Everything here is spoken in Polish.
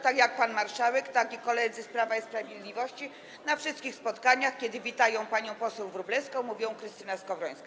Tak pan marszałek, jak i koledzy z Prawa i Sprawiedliwości na wszystkich spotkaniach, kiedy witają panią poseł Wróblewską, mówią: Krystyna Skowrońska.